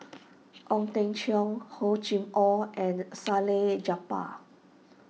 Ong Teng Cheong Hor Chim or and Salleh Japar